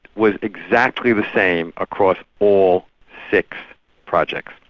was exactly the same across all six projects.